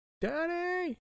Daddy